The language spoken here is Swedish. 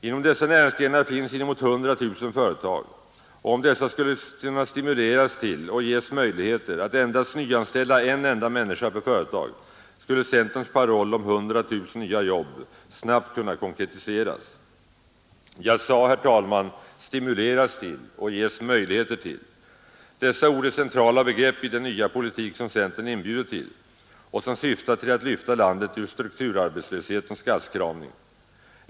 Inom dessa näringsgrenar finns inemot 100 000 företag, och om dessa skulle kunna stimuleras till och ges möjligheter att nyanställa en enda människa per företag, skulle centerns paroll om 100 000 nya jobb snabbt kunna konkretiseras. Jag sade, herr talman, ”stimuleras till” och ”ges möjligheter till”. Dessa ord är centrala begrepp i den nya politik som centern inbjuder till och som syftar till att lyfta landet ur strukturarbetslöshetens gastkramning.